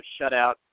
shutout